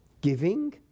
giving